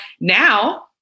now